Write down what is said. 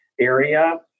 area